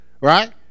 right